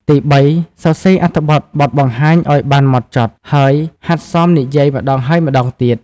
ទីបី សរសេរអត្ថបទបទបង្ហាញឱ្យបានហ្មត់ចត់ ហើយហាត់សមនិយាយម្តងហើយម្តងទៀត។